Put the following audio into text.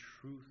truth